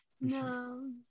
No